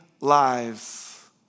lives